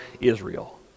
Israel